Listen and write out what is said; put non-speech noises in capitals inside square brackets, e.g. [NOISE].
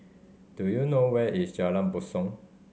do you know where is Jalan Basong [NOISE]